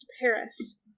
Paris